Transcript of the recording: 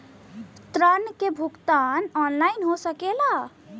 ऋण के भुगतान ऑनलाइन हो सकेला?